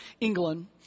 England